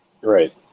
Right